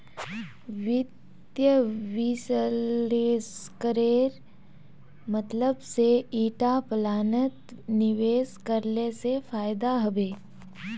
वित्त विश्लेषकेर मतलब से ईटा प्लानत निवेश करले से फायदा हबे